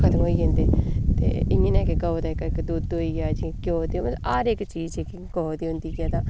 खत्म होई जंदे इ'यां नै गै गौ दा जेह्का दुद्ध होई गेआ घ्यो ते मतलब हर इक चीज जेह्की गौ दी होंदी